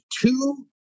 two